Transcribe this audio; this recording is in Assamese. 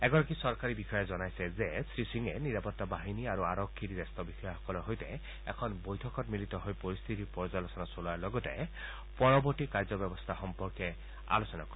এগৰাকী চৰকাৰী বিষযাই জনাইছে যে শ্ৰীসিঙে নিৰাপত্তা বাহিনী আৰু আৰক্ষী জ্যেষ্ঠ বিষয়াসকলৰ সৈতে এখন বৈঠকত মিলিত হৈ পৰিস্থিতিৰ পৰ্যালোচনা কৰাৰ লগতে পৰৱৰ্তী কাৰ্য ব্যৱস্থা সম্পৰ্কে আলোচনা কৰিব